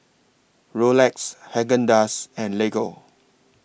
Rolex Haagen Dazs and Lego